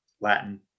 Latin